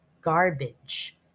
garbage